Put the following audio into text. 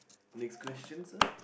next question sir